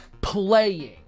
playing